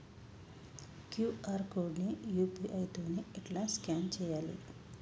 QR code ని UPI తోని ఎట్లా స్కాన్ చేయాలి?